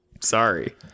Sorry